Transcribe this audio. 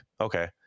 okay